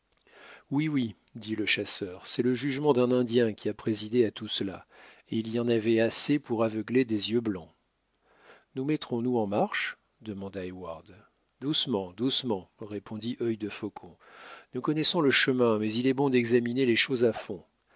oui oui dit le chasseur c'est le jugement d'un indien qui a présidé à tout cela et il y en avait assez pour aveugler des yeux blancs nous mettrons nous en marche demanda heyward doucement doucement répondit œil de faucon nous connaissons le chemin mais il est bon d'examiner les choses à fond